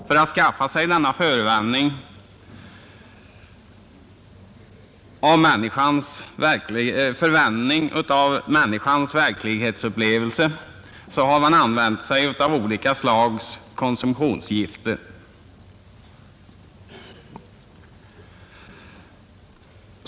För att åstadkomma denna förvändning av sin verklighetsupplevelse har människan använt olika slags konsumtionsgifter.